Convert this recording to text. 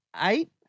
Eight